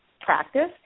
practice